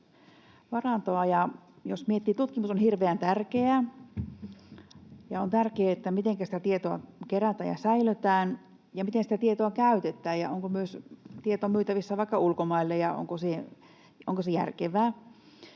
varantoa. Jos miettii, niin tutkimus on hirveän tärkeää, ja on tärkeää, mitenkä sitä tietoa kerätään ja säilötään ja miten sitä tietoa käytetään ja onko tieto myös myytävissä vaikka ulkomaille ja onko se järkevää.